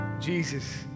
Jesus